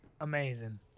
Amazing